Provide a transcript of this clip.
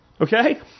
Okay